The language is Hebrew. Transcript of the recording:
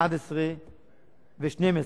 2011 ו-2012,